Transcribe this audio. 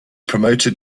promoted